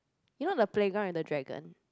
you know the playground with the dragon